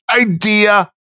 idea